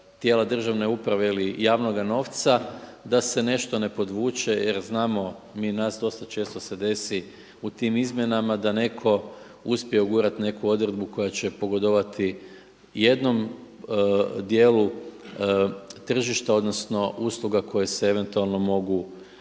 tijela državne uprave ili javnoga novca da se nešto ne podvuče, jer znamo mi, dosta često se desi u tim izmjenama da netko uspije ugurati neku odredbu koja će pogodovati jednom dijelu tržišta odnosno usluga koje se eventualno mogu